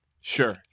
Sure